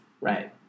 Right